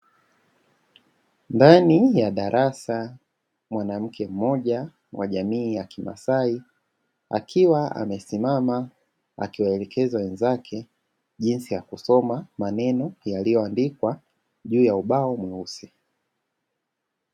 Ndani ya darasa mwanamke mmoja wa jamii ya kimasai akiwa amesimama, akiwaelekeza wenzake jinsi ya kusoma maneno yaliyoandikwa juu ya ubao mweusi.